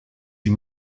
die